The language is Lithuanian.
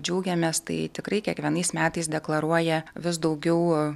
džiaugiamės tai tikrai kiekvienais metais deklaruoja vis daugiau